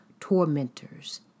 tormentors